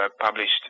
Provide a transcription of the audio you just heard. published